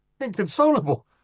Inconsolable